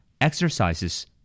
Exercises